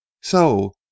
So